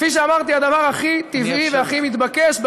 כפי שאמרתי, הדבר הכי טבעי והכי מתבקש.